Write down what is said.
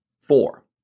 four